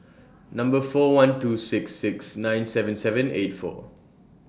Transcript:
Number four one two six six nine seven seven eight four